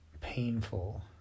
painful